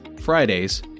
Fridays